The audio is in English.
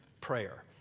prayer